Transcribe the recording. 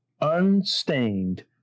unstained